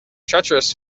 treacherous